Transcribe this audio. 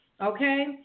okay